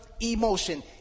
emotion